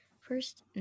first